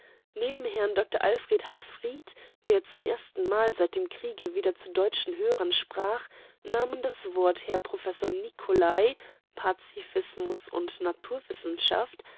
neben herrn dr alfred h fried der zum erstenmal seit dem kriege wieder zu deutschen hörern sprach nahmen das wort herr prof nicolai pazifismus und